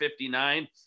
59